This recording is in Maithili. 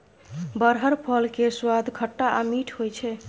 बरहर फल केर सुआद खट्टा आ मीठ होइ छै